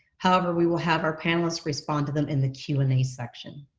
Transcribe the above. however, we will have our panelists respond to them in the q and a section.